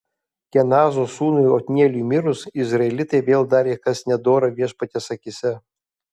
kenazo sūnui otnieliui mirus izraelitai vėl darė kas nedora viešpaties akyse